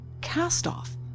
cast-off